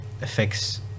affects